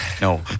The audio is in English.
no